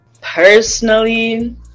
Personally